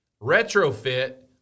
retrofit